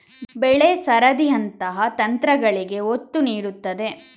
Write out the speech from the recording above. ಬೆಳೆ ಸರದಿಯಂತಹ ತಂತ್ರಗಳಿಗೆ ಒತ್ತು ನೀಡುತ್ತದೆ